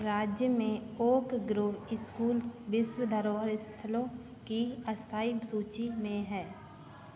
राज्य में Oak Grove School विश्व धरोहर स्थलों की अस्थायी सूची में है